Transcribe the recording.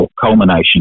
culmination